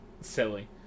silly